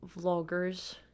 vloggers